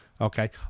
Okay